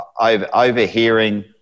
overhearing